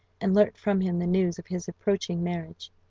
and learnt from him the news of his approaching marriage.